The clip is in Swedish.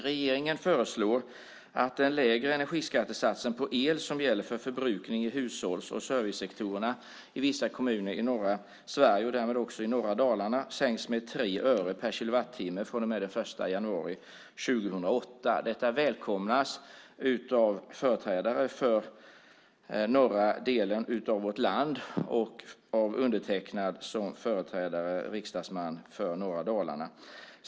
Regeringen föreslår att den lägre energiskattesatsen på el som gäller för förbrukning i hushålls och servicesektorerna i vissa kommuner i norra Sverige, och därmed också i norra Dalarna, sänks med 3 öre per kilowattimme från och med den 1 januari 2008. Detta välkomnas av företrädare för den norra delen av vårt land och av mig som riksdagsman och företrädare för norra Dalarna.